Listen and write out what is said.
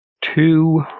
Two